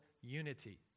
unity